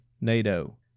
NATO